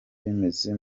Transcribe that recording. bimeze